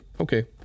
okay